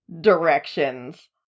directions